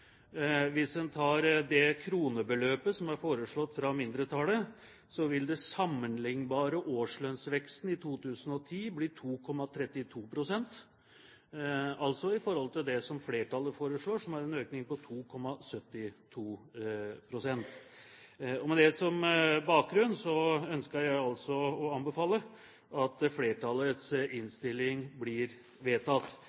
Hvis en tar det kronebeløpet som er foreslått av mindretallet, vil den sammenlignbare årslønnsveksten i 2010 bli 2,32 pst. – altså i forhold til det som flertallet foreslår, som er en økning på 2,72 pst. Med det som bakgrunn ønsker jeg å anbefale at flertallets